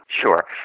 sure